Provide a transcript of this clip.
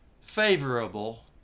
favorable